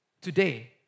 Today